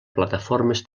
plataformes